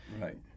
Right